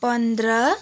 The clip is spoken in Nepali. पन्ध्र